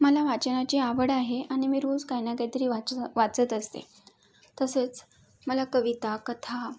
मला वाचनाची आवड आहे आणि मी रोज काही ना काहीतरी वाच वाचत असते तसेच मला कविता कथा